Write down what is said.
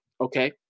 okay